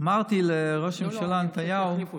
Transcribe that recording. אמרתי לראש הממשלה נתניהו